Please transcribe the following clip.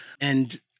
And-